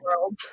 world